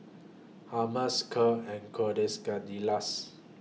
Hummus Kheer and Quesadillas